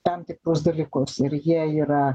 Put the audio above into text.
tam tikrus dalykus ir jie yra